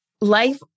life